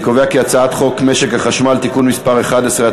אני קובע כי הצעת חוק משק החשמל (תיקון מס' 11),